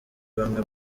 bamwe